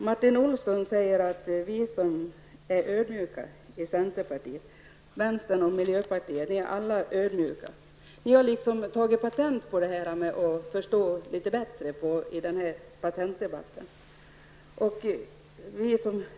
Herr talman! Martin Olsson säger att centerpartisterna, vänstern och miljöpartisterna är ödmjuka. Men jag skulle då vilja säga att ni har tagit patent på detta med att förstå patentdebatten litet bättre än vad andra gör.